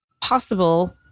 possible